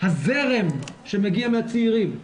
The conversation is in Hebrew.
הזרם שמגיע מהצעירים,